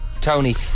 Tony